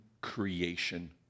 creation